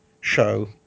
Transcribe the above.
show